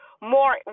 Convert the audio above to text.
more